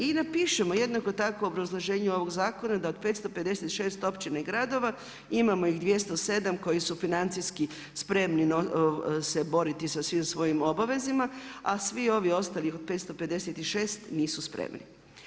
I napišemo jednako tako obrazloženje ovog zakona da od 556 općina i gradova imamo ih 207 koji su financijski spremni se boriti sa svim svojim obavezama a svi ovi ostali od 556, nisu spremni.